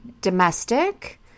domestic